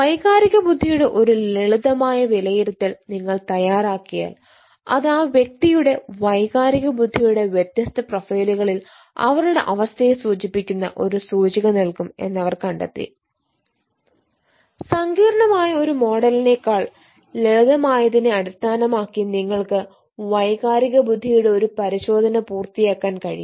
വൈകാരിക ബുദ്ധിയുടെ ഒരു ലളിതമായ വിലയിരുത്തൽ നിങ്ങൾ തയ്യാറാക്കിയാൽ അത് അ വ്യക്തിയുടെ വൈകാരിക ബുദ്ധിയുടെ വ്യത്യസ്ത പ്രൊഫൈലുകളിൽ അവരുടെ അവസ്ഥയെ സൂചിപ്പിക്കുന്ന ഒരു സൂചിക നൽകും എന്നവർ കണ്ടെത്തി സങ്കീർണ്ണമായ ഒരു മോഡലിനെക്കാൾ ലളിതമായതിനെ അടിസ്ഥാനമാക്കി നിങ്ങൾക്ക് വൈകാരിക ബുദ്ധിയുടെ ഒരു പരിശോധന പൂർത്തിയാക്കാൻ കഴിയും